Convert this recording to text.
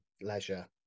leisure